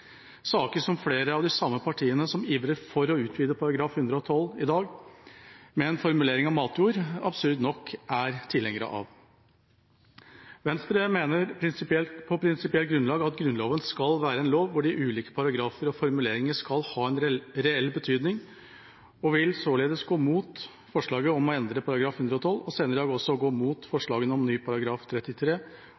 saker som flere av de samme partiene som i dag ivrer for å utvide § 112 med en formulering om matjord, absurd nok er tilhengere av. Venstre mener på prinsipielt grunnlag at Grunnloven skal være en lov der de ulike paragrafene og formuleringene skal ha en reell betydning, og vil således gå imot forslaget om å endre § 112 og senere i dag også gå